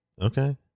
Okay